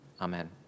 Amen